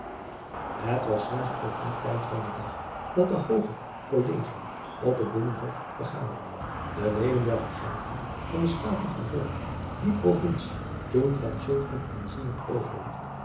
et leven van illegonda uisman op dien tijd van den dag dat de hooge ollegien op het innenhof vergaderden e eden der ergadering van de taten van olland die rovincie toen van zulk een aanzienelijk overwigt